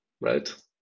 right